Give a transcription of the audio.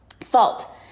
fault